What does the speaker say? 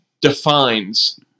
defines